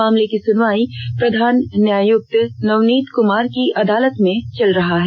मामले की सुनवाई प्रधान न्यायायुक्त नवनीत कुमार की अदालत में चल रही है